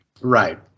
Right